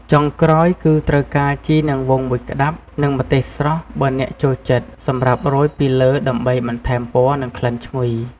ចុងក្រោយ គឺត្រូវការ ជីនាងវងមួយក្ដាប់ និង ម្ទេសស្រស់ បើអ្នកចូលចិត្ត សម្រាប់រោយពីលើដើម្បីបន្ថែមពណ៌ និងក្លិនឈ្ងុយ។